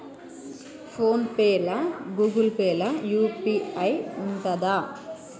Phone pay లా Google pay లా UPI ఉంటదా?